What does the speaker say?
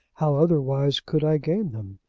how otherwise could i gain them?